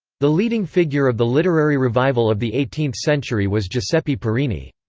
the leading figure of the literary revival of the eighteenth century was giuseppe parini.